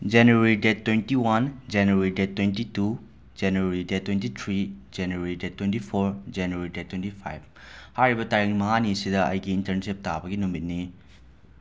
January date twenty one January date twenty two January date twenty three January date twenty four January date twenty ꯐꯥꯏꯕ ꯍꯥꯏꯔꯤꯕ ꯇꯥꯔꯤꯛ ꯃꯉꯥꯅꯤ ꯑꯁꯤꯗ ꯑꯩꯒꯤ ꯏꯟꯇꯔꯟꯁꯤꯞ ꯇꯥꯕꯒꯤ ꯅꯨꯃꯤꯠꯅꯤ